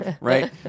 right